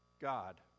God